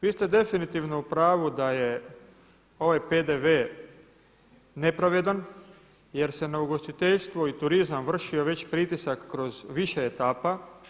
Vi ste definitivno u pravu da je ovaj PDV nepravedan jer se na ugostiteljstvo i turizam vršio već pritisak kroz više etapa.